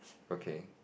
okay